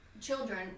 children